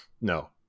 No